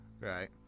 right